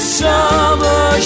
summer